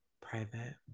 private